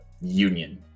union